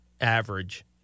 average